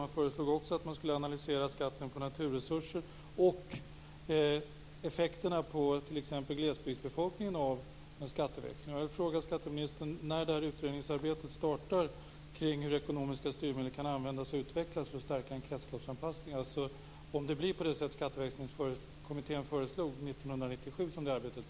Den föreslog också att man skulle analysera skatten på naturresurser och effekterna på t.ex. glesbygdsbefolkningen av en skatteväxling. Kommer det arbetet att inledas 1997, som Skatteväxlingskommittén föreslog?